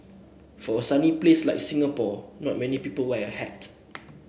for a sunny place like Singapore not many people wear a hat